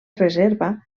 reserva